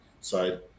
side